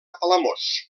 palamós